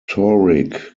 rhetoric